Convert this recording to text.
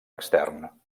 extern